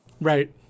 right